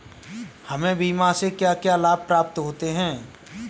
हमें बीमा से क्या क्या लाभ प्राप्त होते हैं?